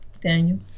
Daniel